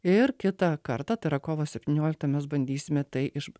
ir kitą kartą tai yra kovo septynioliktą mes bandysime tai iš